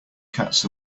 cats